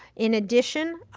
in addition,